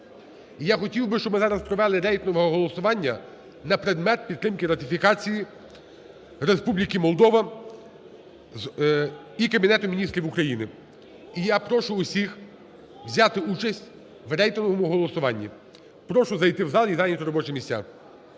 Я хотів би, щоб ми зараз провели рейтингове голосування на предмет підтримки ратифікації Республіки Молдова і Кабінету Міністрів України. І я прошу всіх взяти участь у рейтинговому голосуванні. Прошу зайти у зал і зайняти робочі місця.